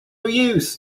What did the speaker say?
use